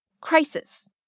Crisis